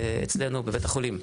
אצלנו בבית החולים,